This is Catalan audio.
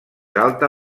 alta